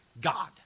God